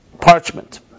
parchment